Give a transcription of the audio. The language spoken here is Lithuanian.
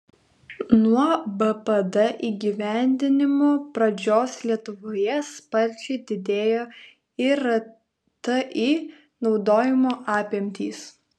nuo bpd įgyvendinimo pradžios lietuvoje sparčiai didėjo irti naudojimo apimtys